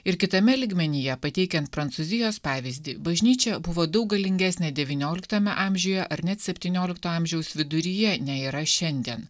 ir kitame lygmenyje pateikiant prancūzijos pavyzdį bažnyčia buvo daug galingesnė devynioliktame amžiuje ar net septyniolikto amžiaus viduryje nei yra šiandien